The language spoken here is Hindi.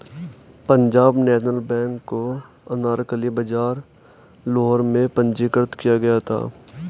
पंजाब नेशनल बैंक को अनारकली बाजार लाहौर में पंजीकृत किया गया था